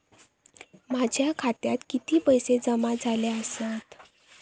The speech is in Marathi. माझ्या खात्यात किती पैसे जमा झाले आसत?